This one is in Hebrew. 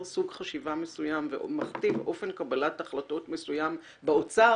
סוג חשיבה מסוים ומכתיב אופן קבלת החלטות מסוים באוצר,